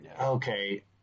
Okay